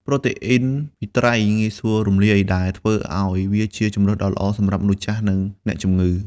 ប្រូតេអ៊ីនពីត្រីងាយស្រួលរំលាយ ដែលធ្វើឱ្យវាជាជម្រើសដ៏ល្អសម្រាប់ មនុស្សចាស់ និងអ្នកជំងឺ។ (